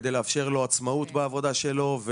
כדי לאפשר לו עצמאות בעבודה שלו,